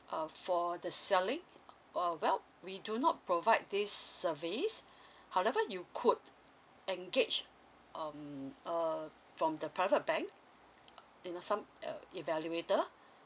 uh for the selling uh well we do not provide this service however you could engage um err from the private bank you in uh some uh evaluator